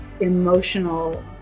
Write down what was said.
emotional